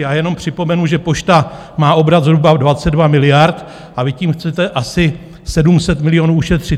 A jenom připomenu, že Pošta má obrat zhruba 22 miliard, a vy tím chcete asi 700 milionů ušetřit.